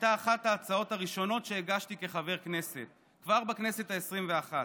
הייתה אחת ההצעות הראשונות שהגשתי כחבר כנסת כבר בכנסת העשרים-ואחת.